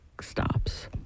stops